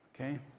okay